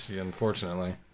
Unfortunately